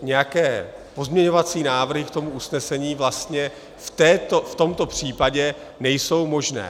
Nějaké pozměňovací návrhy k tomu usnesení vlastně v tomto případě nejsou možné.